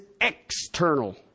external